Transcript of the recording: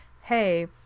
Hey